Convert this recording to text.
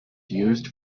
used